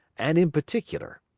and in particular,